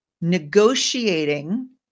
negotiating